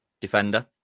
defender